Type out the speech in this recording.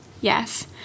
yes